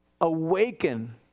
awaken